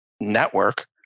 network